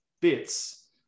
bits